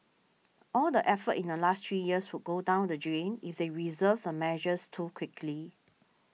all the effort in the last three years would go down the drain if they reverse the measures too quickly